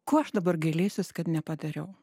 kuo aš dabar gailėsiuosi kad nepadariau